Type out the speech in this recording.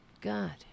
God